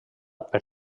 per